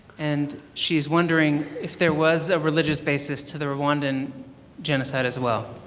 and she's wondering if there was a religious basis to the rowandan genocide as well.